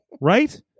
Right